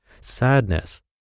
sadness